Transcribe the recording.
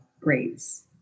grades